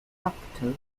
facto